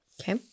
Okay